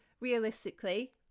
realistically